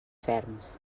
ferms